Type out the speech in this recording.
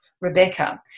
Rebecca